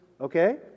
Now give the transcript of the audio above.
okay